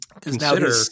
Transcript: consider